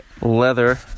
leather